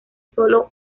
sólo